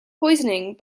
poisoning